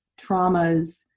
traumas